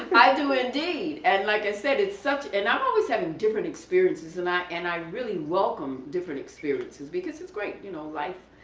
i do indeed. and like i said, it's such an, i'm always having different experiences, and i and i really welcome different experiences because it's great, you know. life,